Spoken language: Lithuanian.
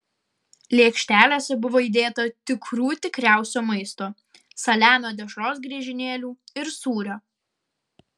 lėkštelėse buvo įdėta tikrų tikriausio maisto saliamio dešros griežinėlių ir sūrio